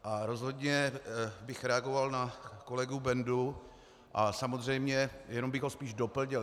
A rozhodně bych reagoval na kolegu Bendu a samozřejmě jenom bych ho spíš doplnil.